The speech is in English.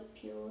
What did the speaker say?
pure